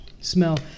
Smell